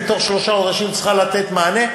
היא בתוך שלושה חודשים צריכה לתת מענה,